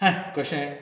हें कशें